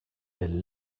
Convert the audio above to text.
elle